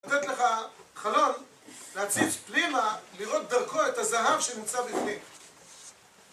לתת לך חלון, להציץ פנימה, לראות דרכו את הזהב שנמצא בפנים.